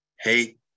Hey